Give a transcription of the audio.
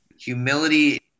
humility